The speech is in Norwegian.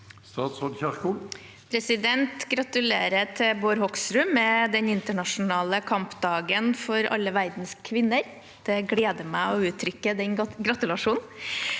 Gratulerer til Bård Hoksrud med den internasjonale kampdagen for alle verdens kvinner. Det gleder meg å uttrykke den gratulasjonen.